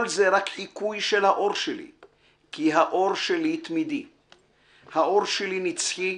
זה רק חיקוי / של האור שלי / כי האור שלי תמידי / האור שלי / נצחי,